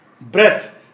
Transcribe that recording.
breath